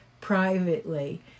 privately